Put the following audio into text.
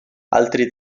altri